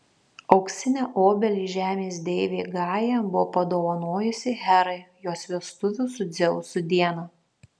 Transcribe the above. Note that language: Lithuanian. auksinę obelį žemės deivė gaja buvo padovanojusi herai jos vestuvių su dzeusu dieną